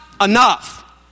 enough